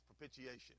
propitiation